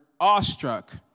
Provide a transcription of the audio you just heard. awestruck